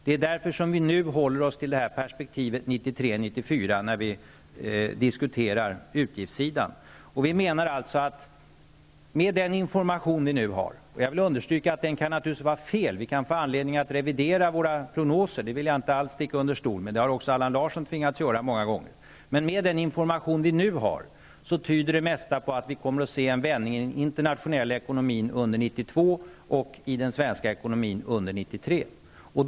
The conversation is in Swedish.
Det är därför som vi nu håller oss till perspektivet 1993/94, när vi diskuterar utgiftssidan. Jag vill understryka att den information vi nu har naturligtvis kan vara felaktig. Att vi kan få anledning att revidera våra prognoser, vill jag inte alls sticka under stol med -- det har Allan Larsson tvingats göra många gånger -- men med den information vi nu har tyder det mesta på att vi kommer att se en vändning i den internationella ekonomin under 1992 och i den svenska ekonomin under 1993.